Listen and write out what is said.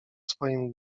swoim